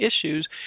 issues